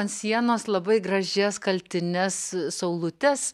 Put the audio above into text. ant sienos labai gražias kaltines saulutes